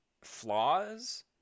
flaws